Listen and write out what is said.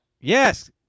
Yes